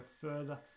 further